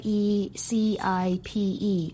Recipe